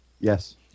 Yes